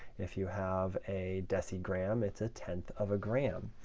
if you have a decigram, it's a tenth of a gram.